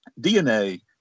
DNA